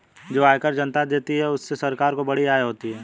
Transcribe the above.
जो आयकर जनता देती है उससे सरकार को बड़ी आय होती है